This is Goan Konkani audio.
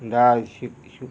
दाळ शिक